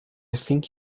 think